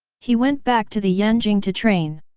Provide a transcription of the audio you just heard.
he went back to the yanjing to train.